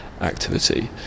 activity